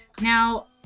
Now